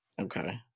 Okay